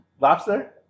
Lobster